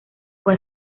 fue